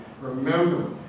remember